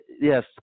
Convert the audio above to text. yes